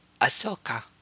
Ahsoka